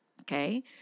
okay